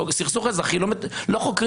סכסוך אזרחי בכלל לא חוקרים.